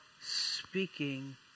speaking